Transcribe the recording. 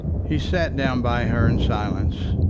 he sat down by her in silence,